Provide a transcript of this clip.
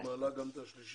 נעבור הלאה, פרופ'